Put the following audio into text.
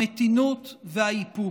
המתינות והאיפוק.